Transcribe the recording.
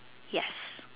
yes